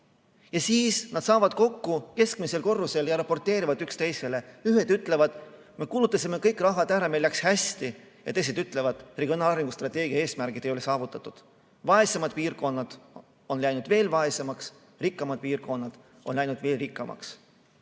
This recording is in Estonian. Siis nad saavad kokku keskmisel korrusel ja raporteerivad üksteisele. Ühed ütlevad, me kulutasime kogu raha ära, meil läks hästi, aga teised ütlevad, et regionaalarengu strateegia eesmärgid ei ole saavutatud. Vaesemad piirkonnad on läinud veel vaesemaks ja rikkamad piirkonnad on läinud veel rikkamaks.